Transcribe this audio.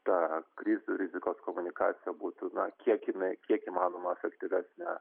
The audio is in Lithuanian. ta krizių rizikos komunikacija būtų na kiek jinai kiek įmanoma efektyvesnė